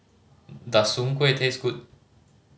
does Soon Kueh taste good